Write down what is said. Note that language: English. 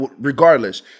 Regardless